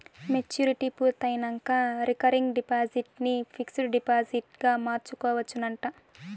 maturity పూర్తయినంక recurring deposit ని fixed డిపాజిట్గ మార్చుకోవచ్చునంట